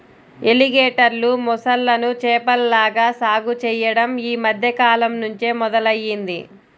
ఎలిగేటర్లు, మొసళ్ళను చేపల్లాగా సాగు చెయ్యడం యీ మద్దె కాలంనుంచే మొదలయ్యింది